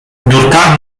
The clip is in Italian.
durtar